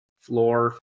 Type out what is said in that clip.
Floor